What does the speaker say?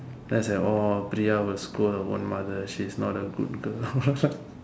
then say orh Priya will scold her own mother she's not a good girl